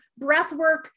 breathwork